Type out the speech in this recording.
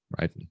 right